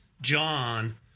John